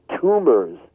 tumors